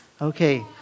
Okay